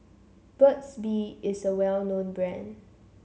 Burt's Bee is a well known brand